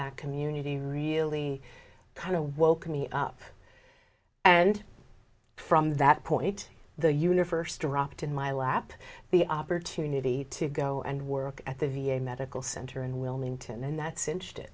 that community really kind of woke me up and from that point the universe dropped in my lap the opportunity to go and work at the v a medical center in wilmington and that